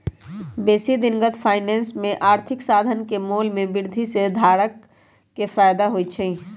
बेशी दिनगत फाइनेंस में आर्थिक साधन के मोल में वृद्धि से धारक के फयदा होइ छइ